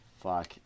fuck